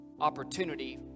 opportunity